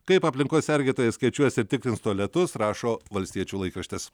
kaip aplinkos sergėtojai skaičiuos ir tikrins tualetus rašo valstiečių laikraštis